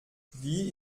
wie